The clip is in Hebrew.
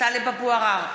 טלב אבו עראר,